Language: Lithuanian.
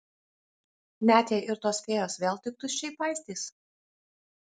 net jei ir tos fėjos vėl tik tuščiai paistys